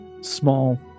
small